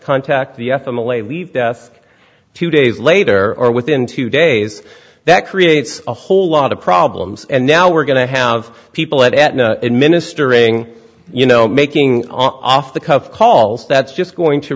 contact the f m l a leave death two days later or within two days that creates a whole lot of problems and now we're going to have people at administering you know making an off the cuff calls that's just going to